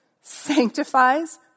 sanctifies